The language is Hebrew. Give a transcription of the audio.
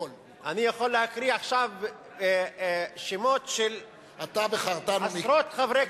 אני יכול להקריא עכשיו שמות של עשרות חברי כנסת,